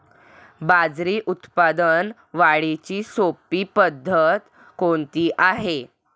बाजरी उत्पादन वाढीची सोपी पद्धत कोणती आहे?